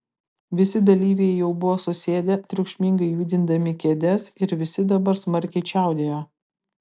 visi dalyviai jau buvo susėdę triukšmingai judindami kėdes ir visi dabar smarkiai čiaudėjo